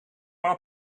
maar